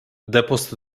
depost